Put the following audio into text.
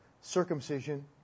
circumcision